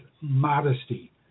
modesty